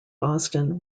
boston